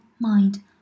mind